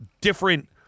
different –